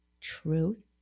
Truth